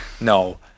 no